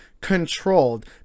controlled